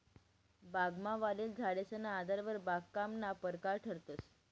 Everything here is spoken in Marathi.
बागमा वाढेल झाडेसना आधारवर बागकामना परकार ठरतंस